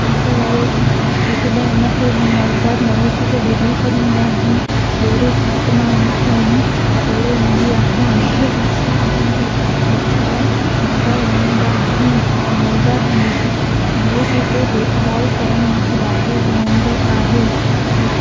पासे वारनि जेकॾहिं हुन खे नवजात नवेशी खे ॿधी छॾींदा आहिनि ॾोरी साथ मां हुन खे वञी खोले ईंदी आहियां मूंखे अॼु जी गांयुनि जा बछड़ा ॾाढा वणंदा आहिनि नवजात नवेशी जो देखभाल करणु मूंखे ॾाढो वणंदो आहे हुओ